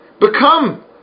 become